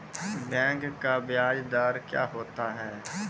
Bank का ब्याज दर क्या होता हैं?